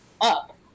up